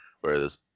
whereas